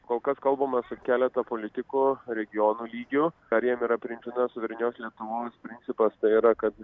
kol kas kalbame su keleta politikų regionų lygiu ar jiem yra priimtina suverenios lietuvos principas tai yra kad